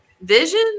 Vision